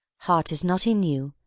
heart is not in you.